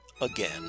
again